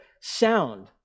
sound